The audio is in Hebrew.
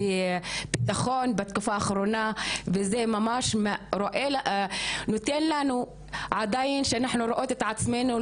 בביטחון בתקופה האחרונה וזה ממש נותן לנו עדיין שאנחנו רואות את עצמנו,